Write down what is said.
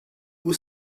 was